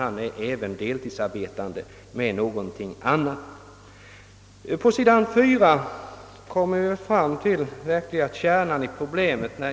I slutet av interpellationssvaret kommer vi fram till den verkliga kärnan i problemet.